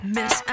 Miss